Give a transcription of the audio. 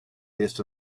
based